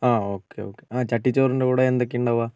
ആ okay okay ആ ചട്ടിച്ചോറിൻറ്റെ കൂടെ എന്തൊക്കെയാണ് ഉണ്ടാവുക